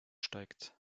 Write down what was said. steigt